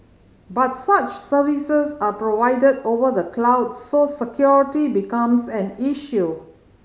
but such services are provided over the cloud so security becomes an issue